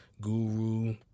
guru